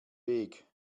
weg